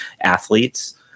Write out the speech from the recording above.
athletes